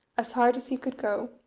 as hard as he could go,